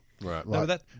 Right